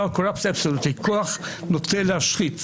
power corrupt absolutely: נוטה להשחית,